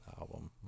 album